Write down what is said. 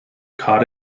caught